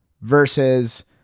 versus